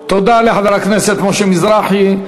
תודה לחבר הכנסת משה מזרחי.